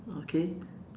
okay